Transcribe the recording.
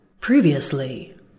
Previously